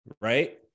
right